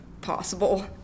possible